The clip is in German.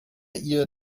ihr